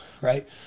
Right